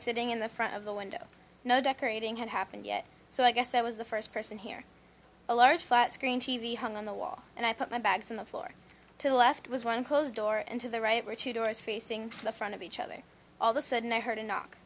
sitting in the front of the window no decorating had happened yet so i guess i was the first person here a large flat screen t v hung on the wall and i put my bags on the floor to the left was one closed door and to the right were two doors facing the front of each other all the sudden i heard a knock